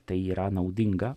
tai yra naudinga